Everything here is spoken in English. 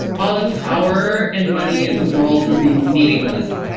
all the power and money in the world would be meaningless.